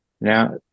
Now